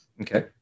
Okay